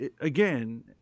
again